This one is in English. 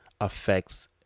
affects